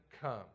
come